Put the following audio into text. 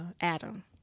Adam